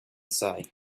say